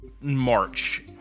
March